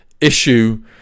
issue